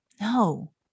No